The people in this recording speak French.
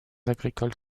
agricoles